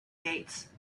gates